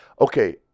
Okay